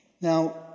Now